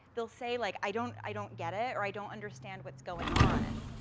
they'll say, like, i don't i don't get it, or, i don't understand what's going on.